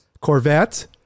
Corvette